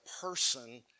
person